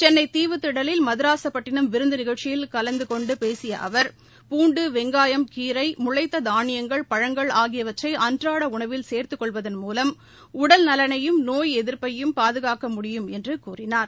சென்னை தீவுத்திடலில் மதரஸாபட்டினம் விருந்து நிகழ்ச்சியில் கலந்து கெசான்டு பேசிய அவர் பூண்டு வெங்காயம் கீரை முளைத்த தாளியங்கள் பழங்கள் ஆகியவற்றை அன்றாட உணவில் சேர்துக் கொள்வதன் மூலம் உடல் நலனையும் நோய் எதிர்ப்பையும் பாதுகாக்க முடியும் என்று கூறினார்